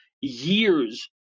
years